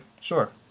sure